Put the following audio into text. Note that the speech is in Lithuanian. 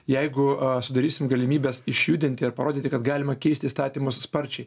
jeigu sudarysim galimybes išjudinti ir parodyti kad galima keisti įstatymus sparčiai